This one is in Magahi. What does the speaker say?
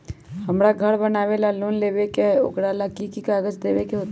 हमरा घर बनाबे ला लोन लेबे के है, ओकरा ला कि कि काग़ज देबे के होयत?